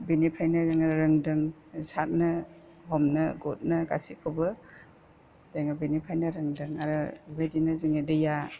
बिनिफ्रायनो जोङो रोंदों सारनो हमनो गुरनो गासैखौबो जोङो बेनिखायनो रोंदों आरो बेबायदिनो जोंनि दैया